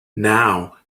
now